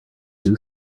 too